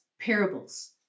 parables